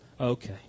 Okay